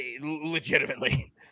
legitimately